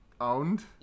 owned